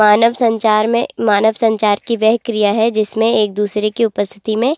मानव संचार में मानव संचार कि वह क्रिया है जिसमें एक दूसरे की उपस्थिति में